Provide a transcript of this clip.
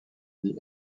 the